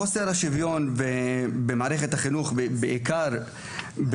חוסר השוויון במערכת החינוך כבר קיים,